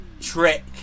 trick